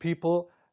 people